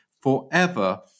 forever